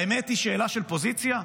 האמת היא שאלה של פוזיציה?